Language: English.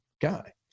guy